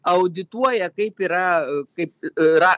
audituoja kaip yra kaip yra